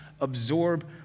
absorb